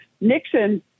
Nixon